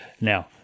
Now